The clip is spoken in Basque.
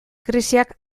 krisiak